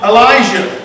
Elijah